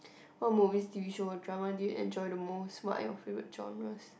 what movies t_v show or drama do you enjoy the most what are your favourite genres